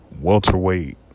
welterweight